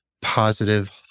positive